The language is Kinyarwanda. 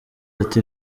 ati